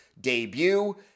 debut